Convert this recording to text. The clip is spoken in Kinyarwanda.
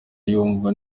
yumva